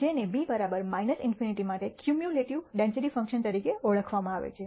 જેને b ∞ માટે cumulative density function તરીકે ઓળખવામાં આવે છે